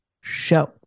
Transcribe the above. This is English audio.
show